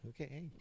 Okay